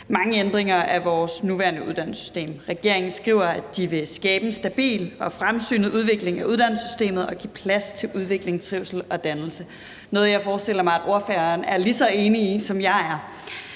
mange ændringer af vores nuværende uddannelsessystem i regeringsgrundlaget. Regeringen skriver, at de vil skabe en stabil og fremsynet udvikling af uddannelsessystemet og give plads til udvikling, trivsel og dannelse – noget, jeg forestiller mig ordføreren er lige så enig i, som jeg er.